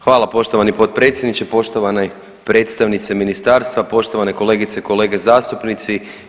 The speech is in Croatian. Hvala poštovani potpredsjedniče, poštovane predstavnice ministarstva, poštovane kolegice i kolege zastupnici.